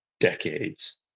decades